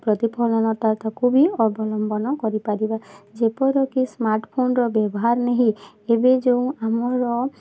ପ୍ରତିଫଳନତା ତାକୁ ବି ଅବଲମ୍ବନ କରିପାରିବା ଯେପରିକି ସ୍ମାର୍ଟଫୋନ୍ର ବ୍ୟବହାର ନେହି ଏବେ ଯେଉଁ ଆମର